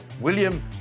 William